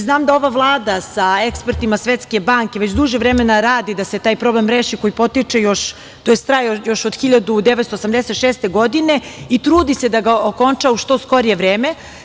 Znam da ova Vlada sa ekspertima Svetske banke već duže vremena radi da se taj problem reši, koji traje još od 1986. godine, i trudi se da ga okonča u što skorije vreme.